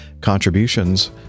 contributions